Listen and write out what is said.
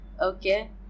Okay